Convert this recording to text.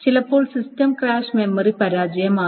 ചിലപ്പോൾ system crash memory പരാജയം ആകാം